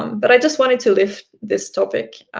um but i just wanted to list this topic